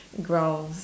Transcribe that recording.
growls